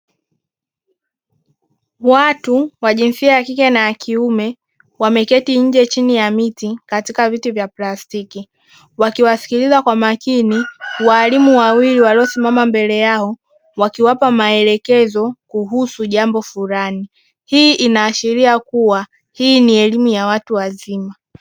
Watu wa jinsia ya kike na kiume wameketi nje (chini ya miti) katika viti vya plastiki wakiwasikiliza kwa makini walimu wawili waliosimama mbele yao, wakiwapa maelekezo kuhusu jambo fulani; hii inaashiria kuwa hii ni elimu ya watu wazima.